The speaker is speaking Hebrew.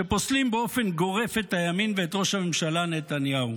שפוסלים באופן גורף את הימין ואת ראש הממשלה נתניהו.